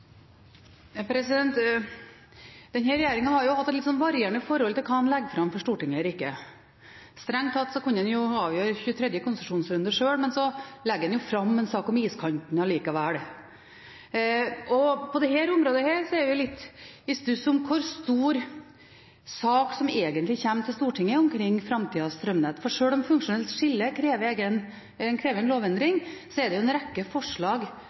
har hatt et varierende forhold til hva en legger fram for Stortinget eller ikke. Strengt tatt kunne en jo avgjøre 23. konsesjonsrunde sjøl, men så legger en fram en sak om iskanten allikevel. På dette området er jeg litt i stuss om hvor stor sak som egentlig kommer til Stortinget omkring framtidas strømnett. For sjøl om funksjonelt skille krever en lovendring, er det en rekke forslag